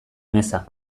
meza